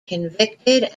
convicted